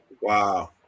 wow